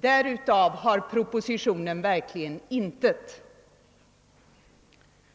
Därutav har propositionen verkligen intet.